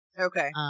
Okay